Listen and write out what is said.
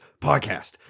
podcast